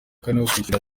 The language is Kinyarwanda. kwishyura